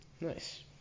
Nice